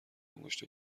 انگشت